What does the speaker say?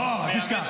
לא, אל תשכח.